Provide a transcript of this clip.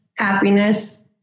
Happiness